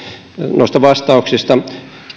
noista vastauksista